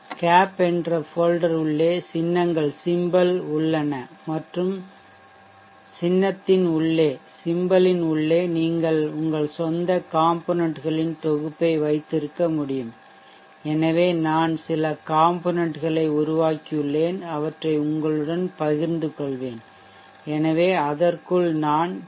cap என்ற folder உள்ளே சின்னங்கள் உள்ளன மற்றும் சின்னத்தின் உள்ளே நீங்கள் உங்கள் சொந்த காம்பொனென்ட்களின் தொகுப்பை வைத்திருக்க முடியும் எனவே நான் சில காம்பொனென்ட்களை உருவாக்கியுள்ளேன் அவற்றை உங்களுடன் பகிர்ந்து கொள்வேன் எனவே அதற்குள் நான் பி